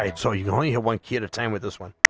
and so you only one cue time with this one